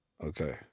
Okay